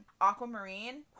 Aquamarine